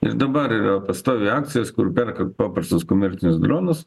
ir dabar yra pastoviai akcijos kur perka paprastus komercinius dronus